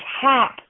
tap